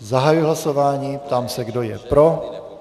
Zahajuji hlasování a ptám se, kdo je pro.